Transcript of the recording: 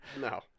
No